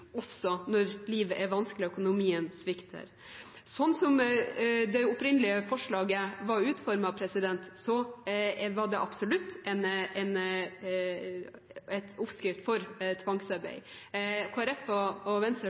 også når livet er vanskelig og økonomien svikter. Slik det opprinnelige forslaget var utformet, var det absolutt en oppskrift på tvangsarbeid. Kristelig Folkeparti og Venstre